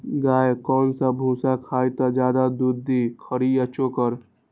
गाय कौन सा भूसा खाई त ज्यादा दूध दी खरी या चोकर?